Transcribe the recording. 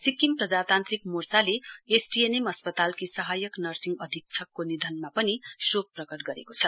सिक्किम प्रजातान्त्रिक मार्चाले एसटीएनएम अस्पतालकी सहायक नर्सिक अधीक्षकको निधनमा पनि शोक प्रकट गरेको छ